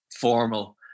formal